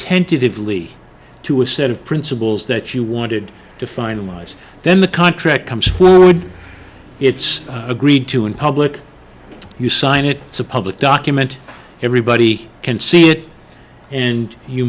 tentatively to a set of principles that you wanted to finalize then the contract comes forward it's agreed to in public you sign it it's a public document everybody can see it and you